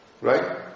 right